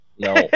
No